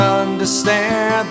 understand